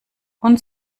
und